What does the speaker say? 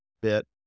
bit